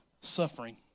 suffering